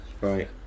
Right